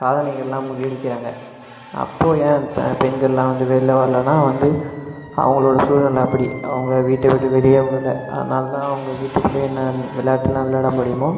சாதனைகள்லாம் முறியடிக்கிறாங்க அப்போ ஏன் பெண்கள்லாம் வந்து வெளியில் வரலைனால் வந்து அவங்களோட சூழ்நிலை அப்படி அவங்க வீட்டை விட்டு வெளியே விடலை அதனால் தான் அவங்க வீட்டுக்குள்ளேயே என்னன்ன விளாட்டுலாம் விளாட முடியுமோ